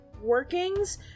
workings